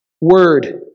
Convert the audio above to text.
word